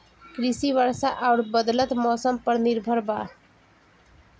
कृषि वर्षा आउर बदलत मौसम पर निर्भर बा